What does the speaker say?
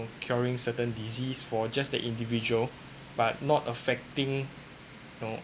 curing certain disease for just the individual but not affecting know